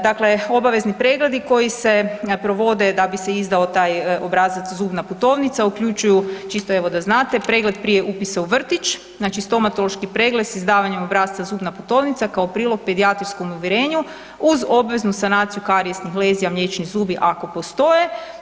Dakle, obavezni pregledi koji se provode da bi se izdao taj obrazac „zubna putovnica“ uključuju, čisto evo da znate, pregled prije upisa u vrtić, znači stomatološki pregled s izdavanjem obrasca „zubna putovnica“ kao prilog pedijatrijskom uvjerenju uz obveznu sanaciju karijesnih lezija mliječnih zubi ako postoje.